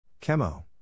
Chemo